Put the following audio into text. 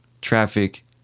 traffic